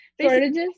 shortages